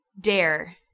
dare